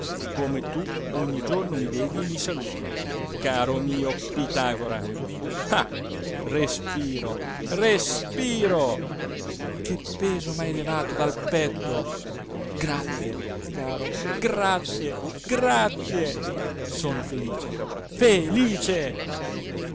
come tu ogni giorno mi vedi e mi saluti caro mio pitagora ah respiro respiro che peso m'hai levato dal petto grazie caro grazie grazie sono felice felice